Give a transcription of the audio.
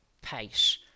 pace